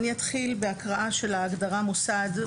אני אתחיל בהקראה של ההגדרה מוסד.